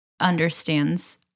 understands